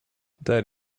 that